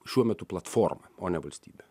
šiuo metu platforma o ne valstybė